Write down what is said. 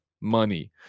money